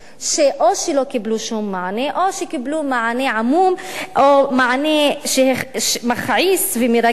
ואו שלא קיבלו שום מענה או שקיבלו מענה עמום או מענה מכעיס ומרגיז,